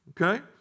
okay